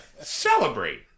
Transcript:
celebrate